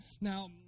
Now